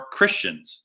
Christians